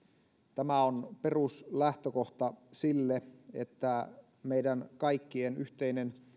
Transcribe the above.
tämä on peruslähtökohta sille että meidän kaikkien yhteinen